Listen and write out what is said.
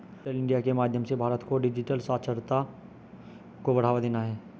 digital India के माध्यम से भारत को डिजिटल साक्षरता को बढ़ावा देना है